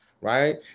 right